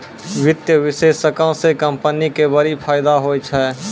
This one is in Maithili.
वित्तीय विश्लेषको से कंपनी के बड़ी फायदा होय छै